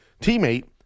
teammate